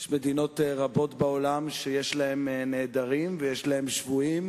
יש מדינות רבות בעולם שיש להן נעדרים ושבויים,